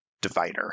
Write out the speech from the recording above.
divider